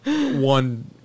one